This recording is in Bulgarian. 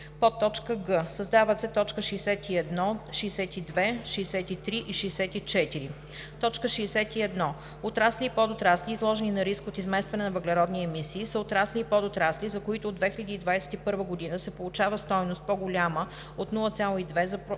година“; г) създават се т. 61, 62, 63 и 64: „61. „Отрасли и подотрасли, изложени на риск от изместване на въглеродни емисии“ са отрасли и подотрасли, за които от 2021 г. се получава стойност, по-голяма от 0,2